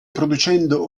producendo